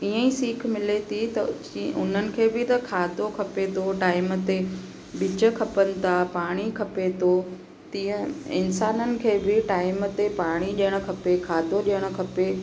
इअं ई सिख मिले थी त जीअं उन्हनि खे बि त खाधो खपे थो टाइम ते बीज खपनि था पाणी खपे थो तीअं इंसाननि खे बि टाइम ते पाणी ॾिअणु खपे खाधो ॾिअणु खपे